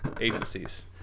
agencies